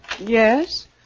Yes